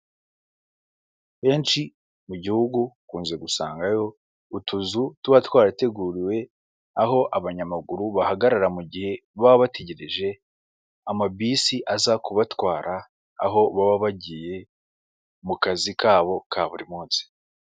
Henshi mu gihugu ukunze gusangayo utuzu tuba twarateguriwe aho abanyamaguru bahagarara, mu gihe baba bategereje amabisi aza kubatwara aho baba bagiye mu kazi kabo ka buri munsi.